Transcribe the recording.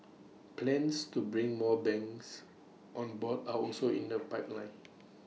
plans to bring more banks on board are also in the pipeline